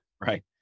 Right